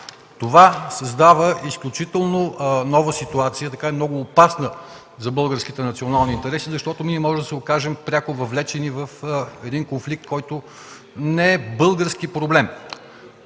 Това създава изключително нова ситуация и много опасна за българските национални интереси, защото ние можем да се окажем пряко въвлечени в един конфликт, който не е български проблем.